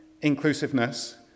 inclusiveness